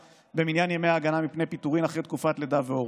במניין ימי ההגנה מפני פיטורים אחרי תקופת לידה והורות.